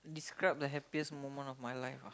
describe the happiest moment of my life ah